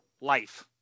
life